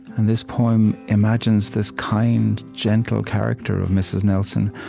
and this poem imagines this kind, gentle character of mrs. nelson,